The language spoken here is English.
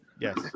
Yes